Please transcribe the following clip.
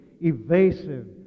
evasive